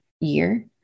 year